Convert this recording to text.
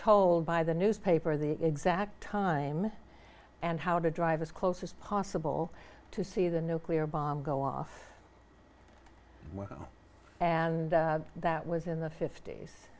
told by the newspaper the exact time and how to drive as close as possible to see the nuclear bomb go off and that was in the fift